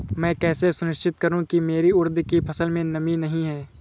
मैं कैसे सुनिश्चित करूँ की मेरी उड़द की फसल में नमी नहीं है?